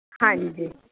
ਹਾਂਜੀ